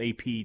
AP